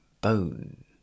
bone